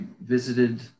visited